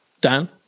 Dan